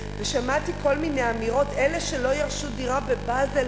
ושמעתי כל מיני אמירות: אלה שלא ירשו דירה בבאזל.